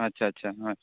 ᱟᱪᱪᱷᱟ ᱟᱪᱪᱷᱟ ᱦᱮᱸ